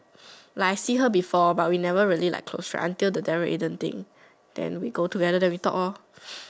like I see her before but we never really like close right until the Daryl Aiden thing then we go together then we talk lor